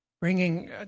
bringing